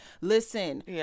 Listen